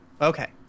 Okay